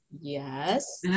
yes